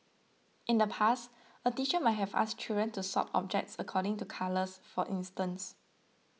in the past a teacher might have asked children to sort objects according to colours for instance